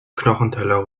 knochenteller